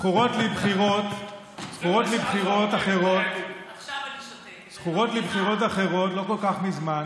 זכורות לי בחירות אחרות, לא כל כך מזמן,